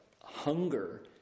hunger